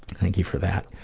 thank you for that.